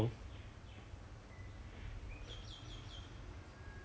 err but is actually 昨天也是 around this time 吃对不对